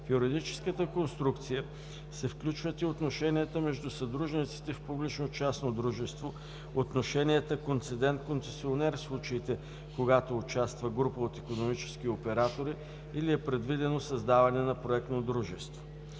В юридическата конструкция се включват и отношенията между съдружниците в публично-частно дружество, отношенията концедент – концесионер в случаите, когато участва група от икономически оператори или е предвидено създаване на проектно дружество.